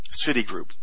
Citigroup